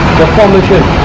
the formation.